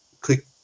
click